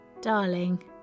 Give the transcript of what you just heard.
darling